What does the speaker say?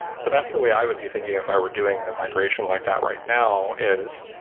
so that's the way i would be thinking if i were doing a migration like that right now is,